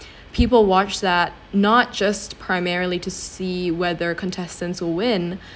people watch that not just primarily to see whether contestants win